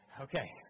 Okay